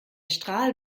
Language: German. strahl